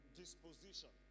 disposition